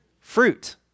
Fruit